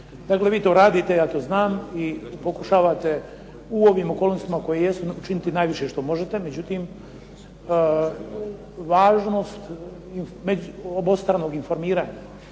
Dakle, vi to radite i ja to znam i pokušavate u ovim okolnostima koje jesu učiniti najviše što možete. Međutim, važnost obostranog informiranja